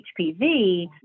HPV